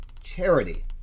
charity